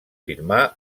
firmar